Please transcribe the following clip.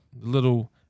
little